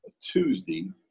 Tuesday